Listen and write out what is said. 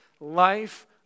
Life